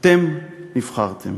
אתם נבחרתם.